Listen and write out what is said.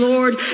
Lord